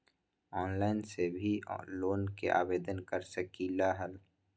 Online से भी loan के आवेदन कर सकलीहल?